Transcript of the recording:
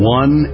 one